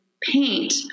paint